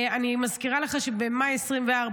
אני מזכירה לך שבמאי 2024,